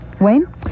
Wayne